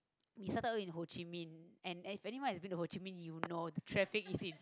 we started out in Ho-Chin-Minh and if anyone have been to Ho-Chin-Minh you know the traffic is insane